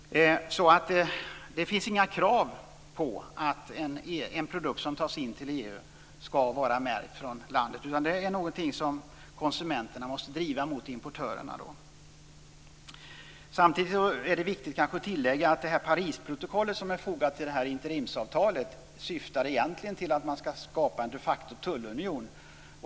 Det finns inga krav på att en produkt som tas in till EU skall vara märkt med ursprungsland. Det är någonting som konsumenterna måste driva mot importörerna. Samtidigt är det viktigt att tillägga att Parisprotokollet, som är fogat till interimsavtalet, egentligen syftar till att man skall skapa en de facto-tullunion.